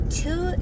two